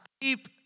Keep